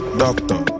Doctor